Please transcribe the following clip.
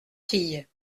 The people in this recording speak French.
tille